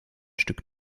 stück